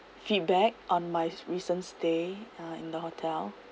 feedback on my recent stay uh in the hotel